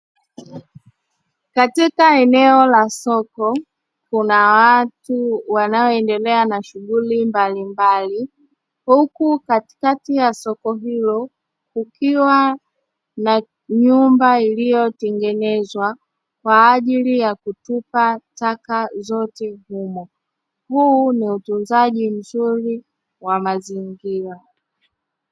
Katika eneo la soko kuna watu wnaoendelea na shughuli mbalimbali huku katikati ya soko hilo kukiwa na nyumba ilio tengenezwa kwa ajili ya kutupa taka zote humo. Huu ni utunzaji mzuri wa mazingira.